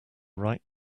right